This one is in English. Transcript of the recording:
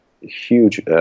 huge